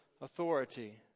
authority